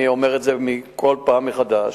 אני אומר את זה בכל פעם מחדש.